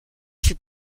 fut